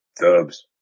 Dubs